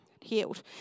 healed